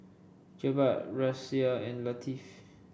Jebat Raisya and Latif